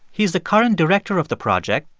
he's the current director of the project.